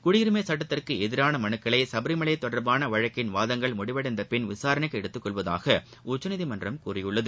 குடியுரிமை சட்டத்திற்கு எதிரான மனுக்களை சபரிமலை தொடர்பாள வழக்கின் வாதங்கள் முடிவடைந்த பின் விசாரணைக்கு எடுத்துக் கொள்வதாக உச்சநீதிமன்றம் கூறியுள்ளது